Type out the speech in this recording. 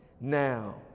Now